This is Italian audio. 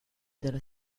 della